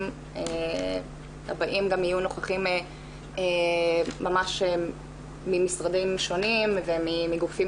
הבאים גם יהיו נוכחים ממש ממשרדים שונים ומגופים